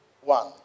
one